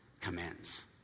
commends